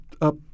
up